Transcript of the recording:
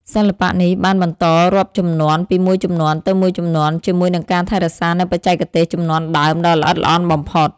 សិល្បៈនេះបានបន្តរាប់ជំនាន់ពីមួយជំនាន់ទៅមួយជំនាន់ជាមួយនឹងការថែរក្សានូវបច្ចេកទេសជំនាន់ដើមដ៏ល្អិតល្អន់បំផុត។